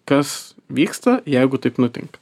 kas vyksta jeigu taip nutinka